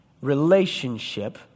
relationship